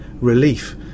relief